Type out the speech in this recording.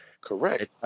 Correct